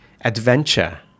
adventure